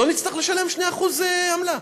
לא נצטרך לשלם 2% עמלה.